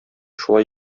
шулай